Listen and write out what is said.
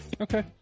Okay